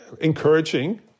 encouraging